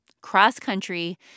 cross-country